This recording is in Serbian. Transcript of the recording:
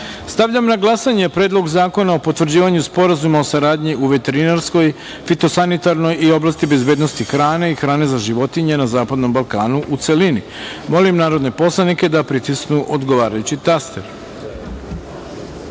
na glasanje Predlog zakona o potvrđivanju Sporazuma o saradnji u veterinarskoj, fitosanitarnoj i oblasti bezbednosti hrane i hrane za životinje na Zapadnom Balkanu, u celini. Molim narodne poslanike da pritisnu odgovarajući